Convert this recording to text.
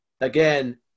again